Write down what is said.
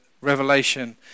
Revelation